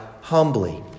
humbly